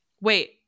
Wait